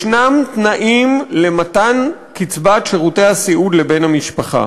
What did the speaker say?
ישנם תנאים למתן קצבת שירותי הסיעוד לבן-המשפחה.